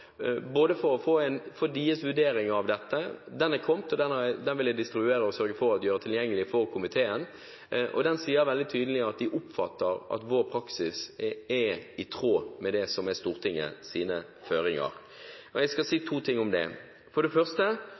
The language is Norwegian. for å få deres vurdering av dette. Den er kommet, og den vil jeg distribuere og sørge for å gjøre tilgjengelig for komiteen. Den sier veldig tydelig at de oppfatter at vår praksis er i tråd med Stortingets føringer. Jeg skal si to ting om det. For det første